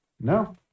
no